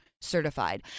Certified